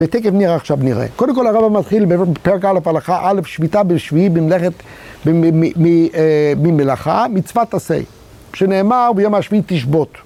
ותקף נראה, עכשיו נראה. קודם כל הרבא מתחיל בפרק א', הלכה א', שביתה בשביעי ממלאכה, מצוות עשה. כשנאמר ביום השביעי תשבות.